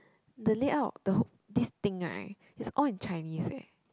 the layout the whole this thing right is all in Chinese eh